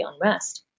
unrest